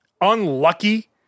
unlucky